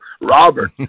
Robert